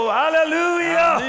hallelujah